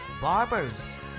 barbers